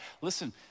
listen